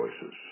choices